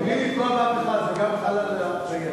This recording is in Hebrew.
בלי לפגוע באף אחד, זה גם חל על דיינים?